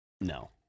No